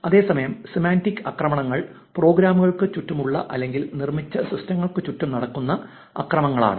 അതേസമയം സെമാന്റിക് ആക്രമണങ്ങൾ പ്രോഗ്രാമുകൾക്ക് ചുറ്റുമുള്ള അല്ലെങ്കിൽ നിർമ്മിച്ച സിസ്റ്റങ്ങൾക്ക് ചുറ്റും നടക്കുന്ന ആക്രമണങ്ങളാണ്